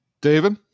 David